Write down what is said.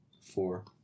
four